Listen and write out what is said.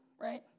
Right